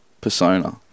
persona